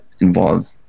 involved